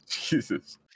Jesus